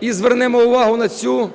і звернемо увагу на цю